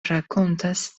rakontas